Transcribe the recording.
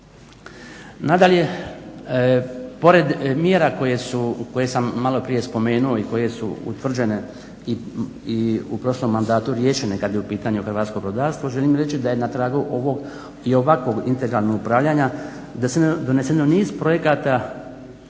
Nadalje, pored mjera koje sam maloprije spomenuo i koje su utvrđene i u prošlom mandatu riješene kad je u pitanju hrvatsko brodarstvo. Želim reći da je na tragu ovog i ovakvog integralnog upravljanja, da je doneseno niz projekata